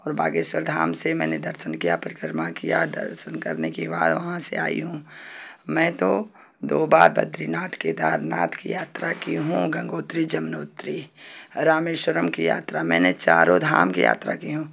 और बागेश्वर धाम से मैंने दर्शन किया परिक्रमा किया दर्शन करने के बाद वहाँ से आई हूँ मैं तो दो बार बद्रीनाथ केदारनाथ की यात्रा की हूँ गंगोत्री जमुनोत्री रामेश्वरम की यात्रा मैंने चारों धाम की यात्रा की हूँ